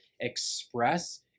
express